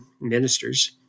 ministers